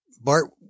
Bart